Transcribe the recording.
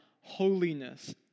holiness